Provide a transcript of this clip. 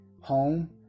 home